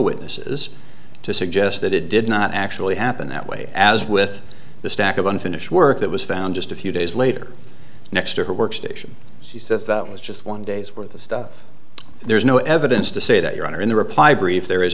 witnesses to suggest that it did not actually happen that way as with the stack of unfinished work that was found just a few days later next to her workstation she says that was just one day's worth of stuff there's no evidence to say that your honor in the reply brief there is